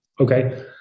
Okay